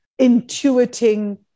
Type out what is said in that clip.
intuiting